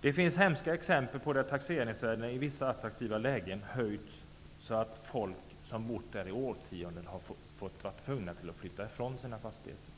Det finns hemska exempel där taxeringsvärdena i vissa attraktiva lägen höjts så att folk som bott där i årtionden har varit tvungna att flytta ifrån sina fastigheter.